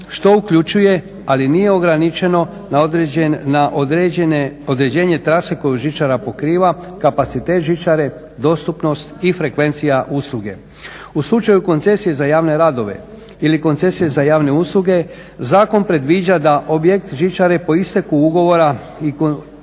što uključuje, ali nije ograničeno na određenje trase koju žičara pokriva, kapacitet žičare, dostupnost i frekvencija usluge. U slučaju koncesije za javne radove ili koncesije za javne usluge zakon predviđa da objekt žičare po isteku ugovora o koncesiji